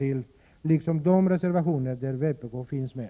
Jag yrkar också bifall till de Övriga reservationer där vpk finns med.